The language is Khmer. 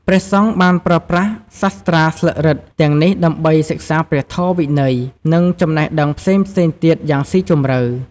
ព្រះសង្ឃបានប្រើប្រាស់សាស្រ្តាស្លឹករឹតទាំងនេះដើម្បីសិក្សាព្រះធម៌ វិន័យ និងចំណេះដឹងផ្សេងៗទៀតយ៉ាងស៊ីជម្រៅ។